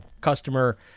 customer